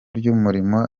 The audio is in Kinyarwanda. ry’umurimo